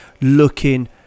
looking